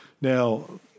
Now